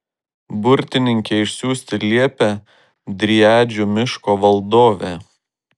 burtininkę išsiųsti liepė driadžių miško valdovė